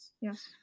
Yes